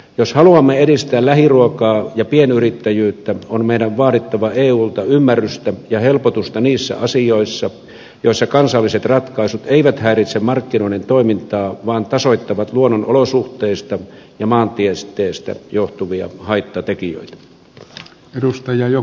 jos haluamme edistää lähiruokaa ja pienyrittäjyyttä on meidän vaadittava eulta ymmärrystä ja helpotusta niissä asioissa joissa kansalliset ratkaisut eivät häiritse markkinoiden toimintaa vaan tasoittavat luonnonolosuhteista ja maantieteestä johtuvia haittatekijöistä edustaja j o